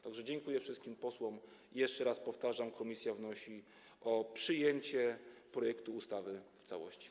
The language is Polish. Tak że dziękuję wszystkim posłom i jeszcze raz powtarzam, że komisja wnosi o przyjęcie projektu ustawy w całości.